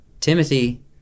Timothy